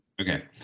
Okay